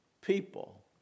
people